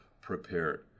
prepared